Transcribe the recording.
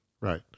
Right